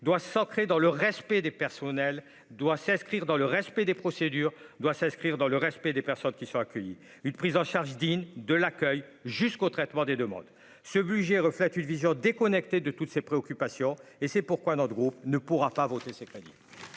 doit s'ancrer dans le respect des personnels doit s'inscrire dans le respect des procédures doit s'inscrire dans le respect des personnes qui sont accueillis une prise en charge digne de l'accueil jusqu'au traitement des demandes ce budget reflète une vision déconnectée de toutes ces préoccupations et c'est pourquoi notre groupe ne pourra pas voter, c'est crédits.